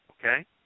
Okay